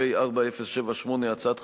פ/4078/18,